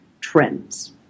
trends